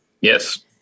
Yes